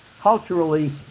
culturally